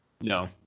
No